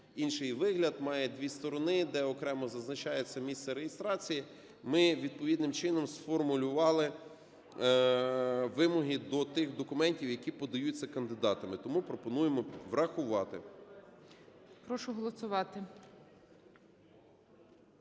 інший вигляд, має дві сторони, де окремо зазначається місце реєстрації, ми відповідним чином сформулювали вимоги до тих документів, які подаються кандидатами. Тому пропонуємо врахувати.